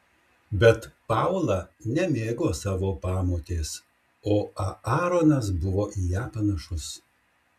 bet paula nemėgo savo pamotės o aaronas buvo į ją panašus